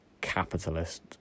capitalist